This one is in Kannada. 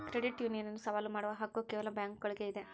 ಕ್ರೆಡಿಟ್ ಯೂನಿಯನ್ ಅನ್ನು ಸವಾಲು ಮಾಡುವ ಹಕ್ಕು ಕೇವಲ ಬ್ಯಾಂಕುಗುಳ್ಗೆ ಇದ